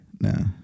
No